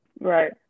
right